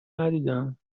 ندیدم